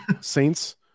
Saints